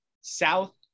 South